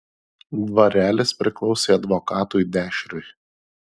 dvarelis priklausė advokatui dešriui